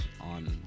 on